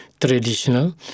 traditional